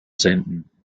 senden